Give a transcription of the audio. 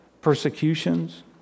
persecutions